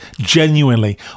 Genuinely